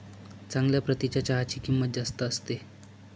चांगल्या प्रतीच्या चहाची किंमत जास्त असते